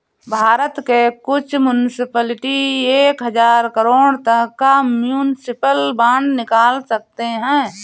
भारत के कुछ मुन्सिपलिटी एक हज़ार करोड़ तक का म्युनिसिपल बांड निकाल सकते हैं